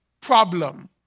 problem